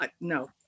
no